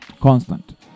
constant